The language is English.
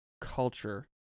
culture